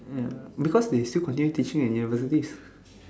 ya because they still continue teaching at universities